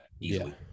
easily